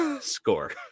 score